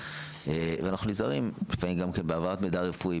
ואנחנו נזהרים בהעברת מידע רפואי,